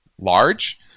large